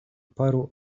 paru